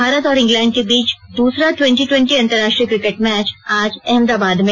भारत और इंग्लैंड के बीच दूसरा ट्वेंटी ट्वेंटी अंतर्राष्ट्रीय क्रिकेट मैच आज अहमदाबाद में